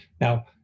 Now